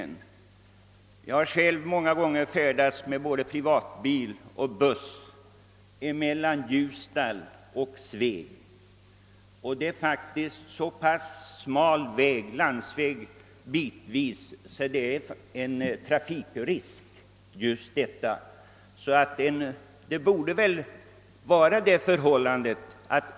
Jag har emellertid själv många gånger färdats med både privatbil och buss mellan Ljusdal och Sveg, och den landsvägen är faktiskt bitvis så smal, att virkestransporterna innebär en trafikrisk.